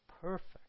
perfect